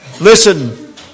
Listen